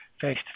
face